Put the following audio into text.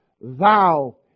thou